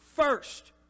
first